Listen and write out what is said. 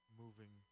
moving